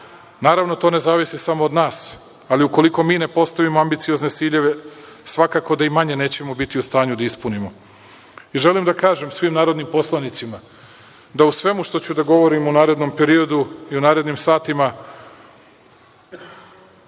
Naravno, to ne zavisi samo od nas, ali ukoliko mi ne postavimo ambiciozne ciljeve, svakako da i manje nećemo biti u stanju da ispunimo. Želim da kažem svim narodnim poslanicima da u svemu što ću da govorim u narednom periodu i u narednim satima